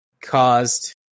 caused